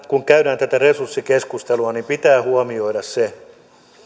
kun käydään tätä resurssikeskustelua niin pitää huomioida se